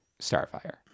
Starfire